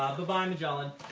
goodbye, magellan.